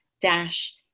dash